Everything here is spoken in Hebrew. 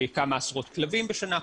כמה עשרות כלבים בשנה,